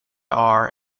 are